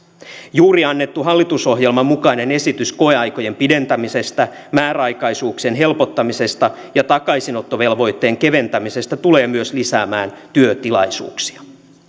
juuri annettu hallitusohjelman mukainen esitys koeaikojen pidentämisestä määräaikaisuuksien helpottamisesta ja takaisinottovelvoitteen keventämisestä tulee myös lisäämään työtilaisuuksia